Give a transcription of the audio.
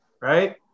right